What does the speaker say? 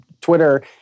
Twitter